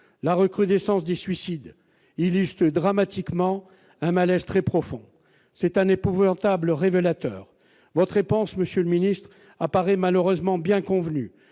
la recrudescence des suicides illustre dramatiquement un malaise très profond, c'est un épouvantable révélateur votre réponse Monsieur le Ministre, apparaît malheureusement bien convenu,